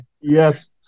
Yes